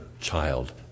child